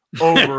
over